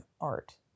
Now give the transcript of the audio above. art